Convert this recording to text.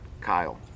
Kyle